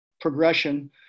progression